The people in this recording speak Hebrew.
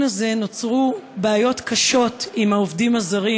הזה נוצרו בעיות קשות עם העובדים הזרים,